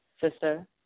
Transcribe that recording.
Sister